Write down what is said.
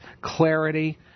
clarity